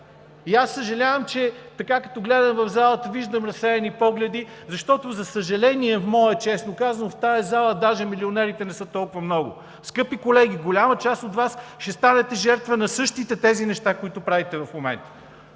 Съжалявам, че така. Като гледам в залата, виждам разсеяни погледи, защото за мое съжаление, честно казано, в тази зала даже милионерите не са толкова много. Скъпи колеги, голяма част от Вас ще станете жертва на същите тези неща, които правите в момента!